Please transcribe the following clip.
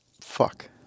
fuck